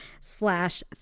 slash